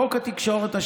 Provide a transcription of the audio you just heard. חוק התקשורת,